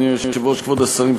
כבוד השרים,